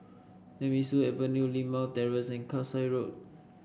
Nemesu Avenue Limau Terrace and Kasai Road